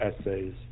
essays